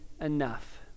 enough